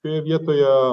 ioje vietoje